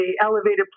elevated